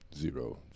Zero